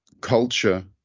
culture